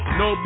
no